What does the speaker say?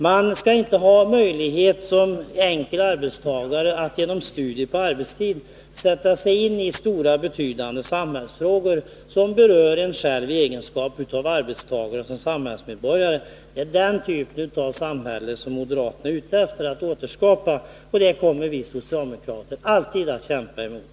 Man skall inte heller som enkel arbetstagare ha möjlighet att genom studier på arbetstid sätta sig in i stora, betydelsefulla samhällsfrågor som berör en själv som arbetstagare och samhällsmedborgare. Det är den typen av samhälle moderaterna är ute efter att återskapa, och det kommer vi socialdemokrater alltid att kämpa emot.